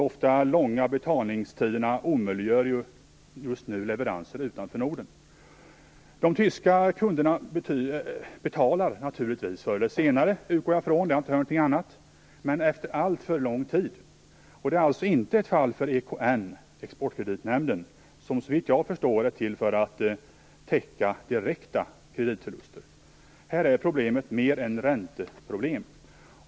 De ofta långa betalningstiderna omöjliggör just nu leveranser utanför Norden. De tyska kunderna betalar naturligtvis förr eller senare. Det utgår jag ifrån, och jag har inte hört något annat. Men det dröjer alltför lång tid. Det är alltså inte ett fall för Exportkreditnämnden som såvitt jag förstår är till för att täcka direkta kreditförluster. Här är det mer ett ränteproblem.